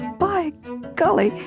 by golly,